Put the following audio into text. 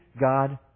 God